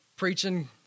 preaching